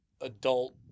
adult